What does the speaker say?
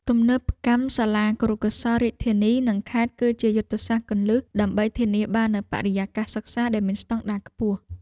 ទំនើបកម្មសាលាគរុកោសល្យរាជធានីនិងខេត្តគឺជាយុទ្ធសាស្ត្រគន្លឹះដើម្បីធានាបាននូវបរិយាកាសសិក្សាដែលមានស្តង់ដារខ្ពស់។